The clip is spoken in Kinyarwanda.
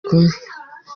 kumwe